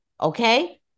okay